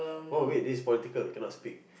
oh wait this is political cannot speak